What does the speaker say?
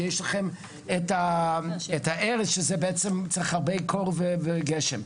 ויש את הארז שצריך הרבה קור וגשם.